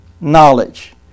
knowledge